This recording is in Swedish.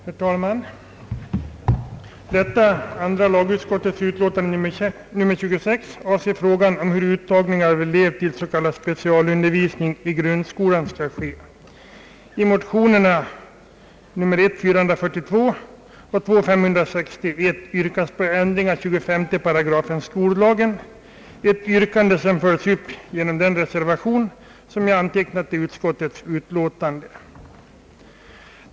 Herr talman! Detta andra lagutskotlets utlåtande nr 26 behandlar frågan om hur uttagning av elev i grundskolan till specialundervisning skall ske. I motionerna 1:442 och II:561 yrkas på ändring i 25 § skollagen, ett yrkande som följs upp genom den reservation som jag har antecknat till utskottets utlåtande.